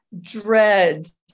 dreads